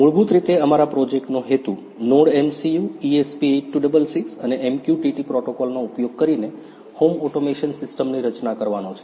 મૂળભૂત રીતે અમારા પ્રોજેક્ટનો હેતુ NodeMCU ESP8266 અને MQTT પ્રોટોકોલનો ઉપયોગ કરીને હોમ ઓટોમેશન સિસ્ટમની રચના કરવાનો છે